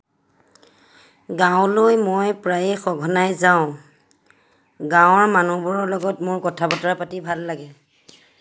গাঁৱলৈ মই প্ৰায়েই সঘনাই যাওঁ গাঁৱৰ মানুহবোৰৰ লগত মোৰ কথা বতৰা পাতি ভাল লাগে